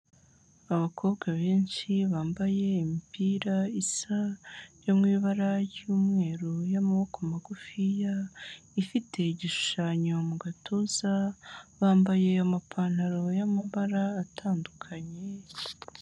Abakobwa benshi bambaye imipira isa yo mu ibara ry'umweru y'amaboko magufiya, ifite igishushanyo mu gatuza, bambaye amapantaro y'amabara atandukanye.